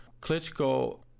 Klitschko